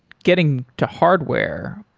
getting to hardware,